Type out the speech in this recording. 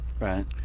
Right